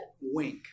Wink